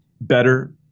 better